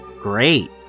great